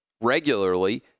regularly